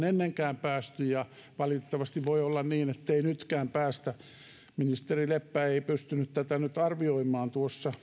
ennenkään päästy ja valitettavasti voi olla niin ettei nytkään päästä ministeri leppä ei ei pystynyt tuossa nyt arvioimaan